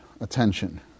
attention